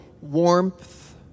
warmth